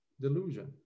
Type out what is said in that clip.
delusion